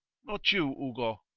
not you, ugo!